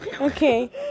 Okay